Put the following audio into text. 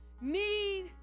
need